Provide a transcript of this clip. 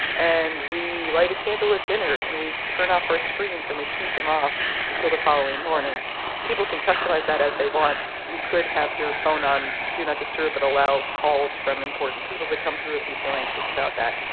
and we light a candle at dinner, and we turn off our screens, and we keep them off until the following morning people can customize that as they want. you could have your phone on do not disturb but allow calls from important people to come through if you feel anxious about that.